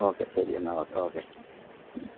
okay ശരി എന്നാൽ okay okay